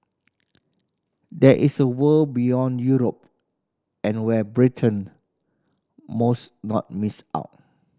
there is a world beyond Europe and where Britain most not miss out